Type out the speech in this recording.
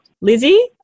Lizzie